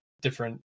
different